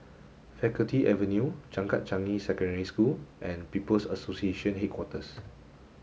Faculty Avenue Changkat Changi Secondary School and People's Association Headquarters